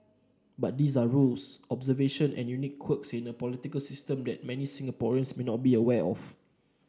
but these are rules observation and unique quirks in a political system that many Singaporeans may not be aware of